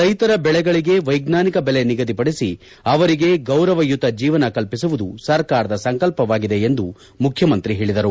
ರೈತರ ಬೆಳೆಗಳಿಗೆ ವೈಜ್ಞಾನಿಕ ಬೆಲೆ ನಿಗದಿಪಡಿಸಿ ಅವರಿಗೆ ಗೌರವಯುತ ಜೀವನ ಕಲ್ಪಿಸುವುದು ಸರ್ಕಾರದ ಸಂಕಲ್ಪವಾಗಿದೆ ಎಂದು ಮುಖ್ಯಮಂತ್ರಿ ಹೇಳಿದರು